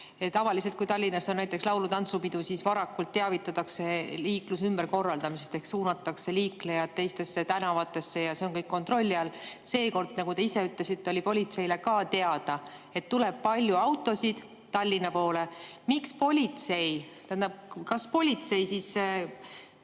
Tavaliselt, kui Tallinnas on näiteks laulu- ja tantsupidu, siis juba varakult teavitatakse liikluse ümberkorraldamisest ehk suunatakse liiklejad teistesse tänavatesse ja see on kõik kontrolli all. Seekord, nagu te ise ütlesite, oli ka politseile teada, et tuleb palju autosid Tallinna poole. Kas politsei üldse tegeles